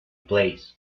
place